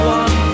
one